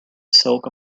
silk